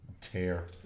tear